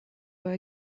were